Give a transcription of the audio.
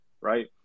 right